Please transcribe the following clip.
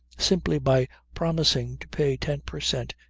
simply by promising to pay ten per cent.